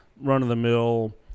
run-of-the-mill